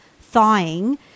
thawing